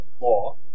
law